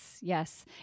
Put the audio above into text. Yes